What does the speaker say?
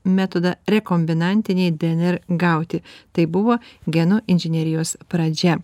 metodą rekombinantinei dnr gauti tai buvo genų inžinerijos pradžia